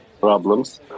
problems